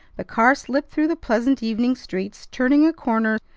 the car slipped through the pleasant evening streets, turning a corner,